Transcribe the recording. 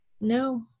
no